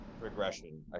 regression